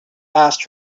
asked